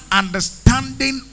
understanding